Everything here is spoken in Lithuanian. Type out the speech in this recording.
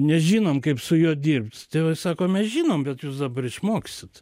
nežinom kaip su juo dirbt tėvai sako mes žinom bet jūs dabar išmoksit